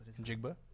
Jigba